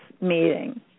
meeting